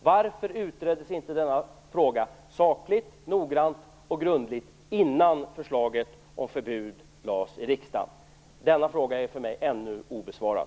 Varför utreddes inte denna fråga - sakligt, noggrant och grundligt - innan förslaget om förbud lades fram i riksdagen? Denna fråga är ännu obesvarad.